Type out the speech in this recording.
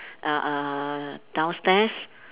err err downstairs